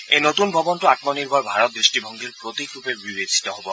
এই নতূন ভৱনটো আমনিৰ্ভৰ ভাৰত দৃষ্টিভংগীৰ প্ৰতীকৰূপে পৰিগণিত হ'ব